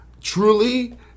truly